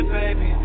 baby